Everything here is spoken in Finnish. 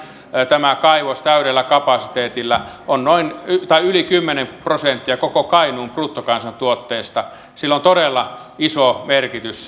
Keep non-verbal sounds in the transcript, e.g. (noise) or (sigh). tämä kaivos toimiessaan täydellä kapasiteetilla on yli kymmenen prosenttia koko kainuun bruttokansantuotteesta sillä on todella iso merkitys (unintelligible)